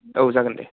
औ जागोन दे